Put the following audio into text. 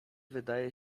wydaje